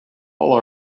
all